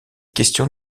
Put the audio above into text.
questions